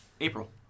April